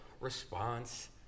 response